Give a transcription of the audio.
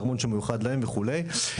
בארמון שמיוחד להם" וכו'.